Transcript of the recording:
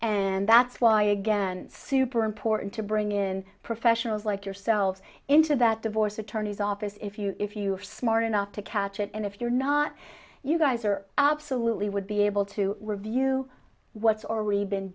and that's why again super important to bring in professionals like yourselves into that divorce attorneys office if you if you are smart enough to catch it and if you're not you guys are absolutely would be able to review what's already been